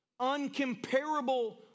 uncomparable